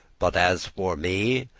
but as for me,